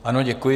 Ano, děkuji.